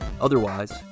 Otherwise